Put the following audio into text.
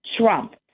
Trump